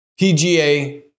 PGA